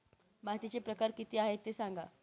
मातीचे प्रकार किती आहे ते सांगा